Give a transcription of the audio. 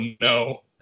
no